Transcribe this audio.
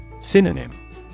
Synonym